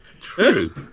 True